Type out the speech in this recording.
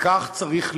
וכך צריך להיות.